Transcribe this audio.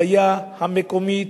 הבעיה המקומית,